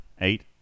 Eight